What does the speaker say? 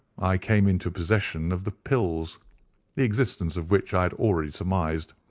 i came into possession of the pills, the existence of which i had already surmised.